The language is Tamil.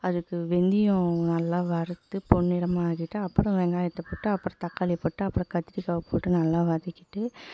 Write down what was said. அதுக்கு வெந்தயம் நல்லா வறுத்து பொன்னிறமாக ஆக்கிவிட்டு அப்பறம் வெங்காயத்தைப் போட்டு அப்பறம் தக்காளியை போட்டு அப்பறம் கத்திரிக்காவை போட்டு நல்லா வதக்கிவிட்டு